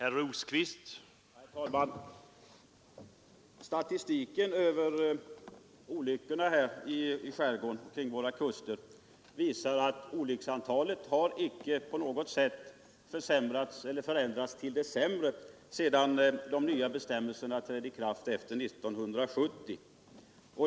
Herr talman! Statistiken över olyckorna i skärgården och i övrigt kring våra kuster visar att olycksantalet icke på något sätt förändrats till det sämre sedan de nya bestämmelserna trätt i kraft efter 1970.